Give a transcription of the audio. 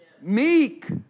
Meek